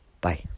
Bye